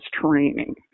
training